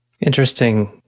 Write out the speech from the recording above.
interesting